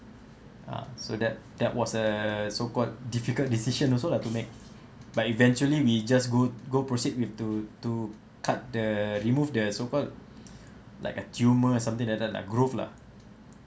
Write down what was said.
ah so that that was a so called difficult decision also lah to make but eventually we just go go proceed with to to cut the removed the so called like a tumor something like that lah growth lah